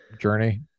journey